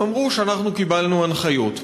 והם אמרו: אנחנו קיבלנו הנחיות.